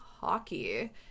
hockey